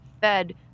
fed